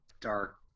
dark